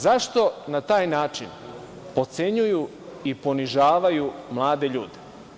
Zašto na taj način potcenjuju i ponižavaju mlade ljude?